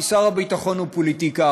כי שר הביטחון הוא פוליטיקאי,